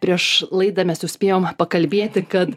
prieš laidą mes suspėjom pakalbėti kad